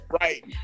Right